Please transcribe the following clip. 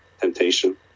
temptation